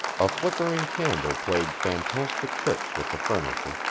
a flickering candle played fantastic tricks with the furniture,